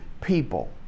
people